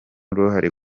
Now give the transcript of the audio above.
uruhare